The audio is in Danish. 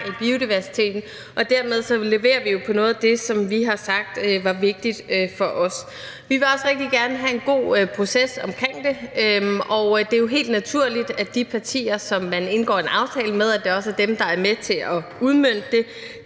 i biodiversiteten. Derved leverer vi på noget af det, som vi har sagt var vigtigt for os. Vi vil også rigtig gerne have en god proces omkring det. Og det er jo helt naturligt, at de partier, som man indgår en aftale med, også er dem, der er med til at udmønte den.